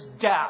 death